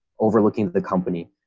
overlooking the company,